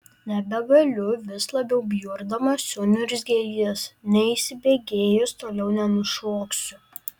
nebegaliu vis labiau bjurdamas suniurzgė jis neįsibėgėjęs toliau nenušoksiu